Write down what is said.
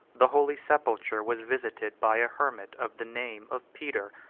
the holy sepulchre was visited by a hermit of the name of peter,